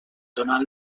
donant